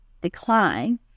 decline